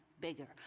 bigger